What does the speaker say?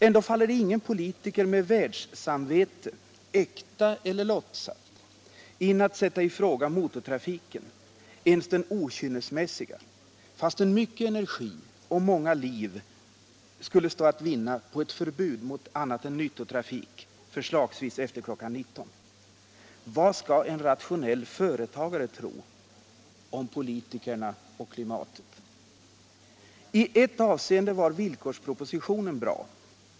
Ändå faller det ingen politiker med världssamvete — äkta eller låtsat — in att sätta i fråga motortrafiken, inte ens den okynnesmässiga, fastän mycken energi och många liv skulle stå att vinna genom ett förbud mot annat än nyttotrafik efter förslagsvis kl. 19. Vad skall en rationell företagare tro om politikerna och om klimatet? I ett avseende var villkorspropositionen bra.